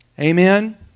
Amen